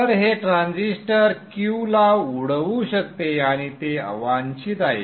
तर हे transistor Q ला उडवू शकते आणि ते अवांछित आहे